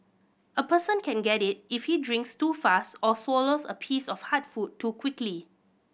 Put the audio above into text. a person can get it if he drinks too fast or swallows a piece of hard food too quickly